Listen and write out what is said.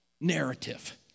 narrative